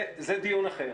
זה דיון אחר.